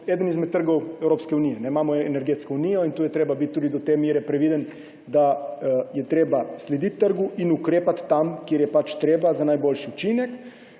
eden izmed trgov Evropske unije. Imamo Energetsko unijo in tu je treba biti tudi do te mere previden, da je treba slediti trgu in ukrepati tam, kjer je pač treba za najboljši učinek.